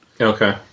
Okay